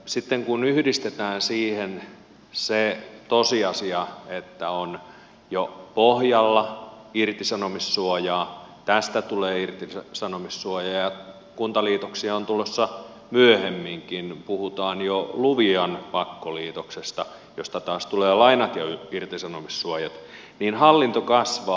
sitten kun yhdistetään siihen se tosiasia että on jo pohjalla irtisanomissuojaa tästä tulee irtisanomissuoja ja kuntaliitoksia on tulossa myöhemminkin puhutaan jo luvian pakkoliitoksesta josta taas tulee lainat ja irtisanomissuojat niin hallinto kasvaa